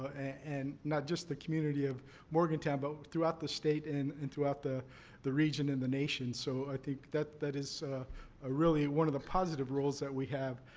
and, not just the community of morgantown, but throughout the state, and and throughout the the region, and the nation. so, i think, that that is ah really one of the positive roles that we have.